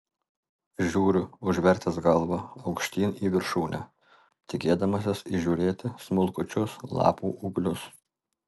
žiūriu užvertęs galvą aukštyn į viršūnę tikėdamasis įžiūrėti smulkučius lapų ūglius